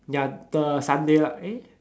ya the Sunday lah eh